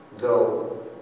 Go